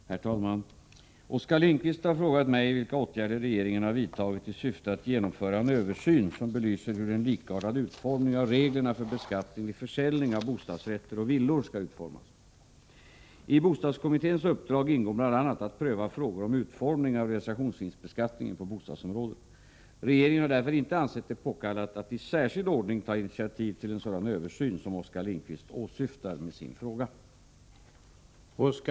Herr talman! Oskar Lindkvist har frågat mig vilka åtgärder regeringen har vidtagit ”i syfte att genomföra en översyn som belyser hur en likartad utformning av reglerna för beskattning vid försäljning av bostadsrätter och villor skall utformas”. I bostadskommitténs uppdrag ingår bl.a. att pröva frågor om utformningen av realisationsvinstbeskattningen på bostadsområdet. Regeringen har därför inte ansett det påkallat att i särskild ordning ta initiativ till en sådan översyn som Oskar Lindkvist åsyftar med sin fråga.